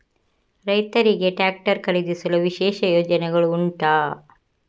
ರೈತರಿಗೆ ಟ್ರಾಕ್ಟರ್ ಖರೀದಿಸಲು ವಿಶೇಷ ಯೋಜನೆಗಳು ಉಂಟಾ?